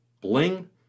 Bling